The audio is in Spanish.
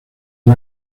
han